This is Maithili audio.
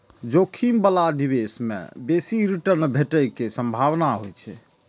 जोखिम बला निवेश मे बेसी रिटर्न भेटै के संभावना होइ छै